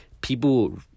people